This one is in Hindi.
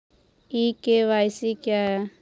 ई के.वाई.सी क्या है?